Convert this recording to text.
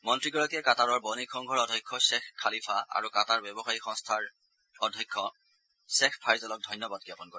মন্ত্ৰীগৰাকীয়ে কাটাৰৰ বণিক সংঘৰ অধ্যক্ষ শ্বেখ খালিফা আৰু কাটাৰ ব্যৱসায়ী সংস্থাৰ অধ্যক্ষ শ্বেখ ফাইজলক ধন্যবাদ জাপন কৰে